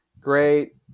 great